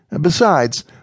Besides